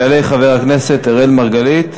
יעלה חבר הכנסת אראל מרגלית,